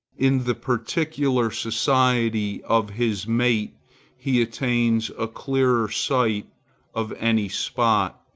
in the particular society of his mate he attains a clearer sight of any spot,